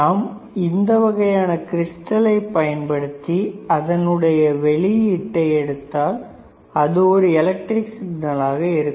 நாம் இந்த வகையான கிரிஸ்டலை பயன்படுத்தி அதனுடைய வெளியீட்டை எடுத்தால் அது ஒரு எலக்ட்ரிக் சிக்னலாக இருக்கும்